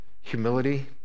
humility